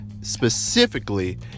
specifically